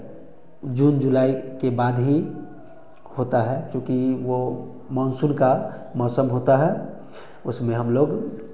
जून जुलाई के बाद ही होता है क्योंकि वह मानसून का मौसम होता है उसमें हम लोग